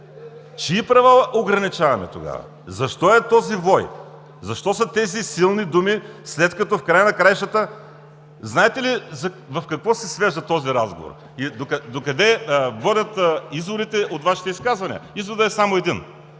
Чии права ограничаваме тогава? Защо е този вой? Защо са тези силни думи, след като в края на краищата… Знаете ли в какво се свежда този разговор и докъде водят изводите от Вашите изказвания? Изводът е само един: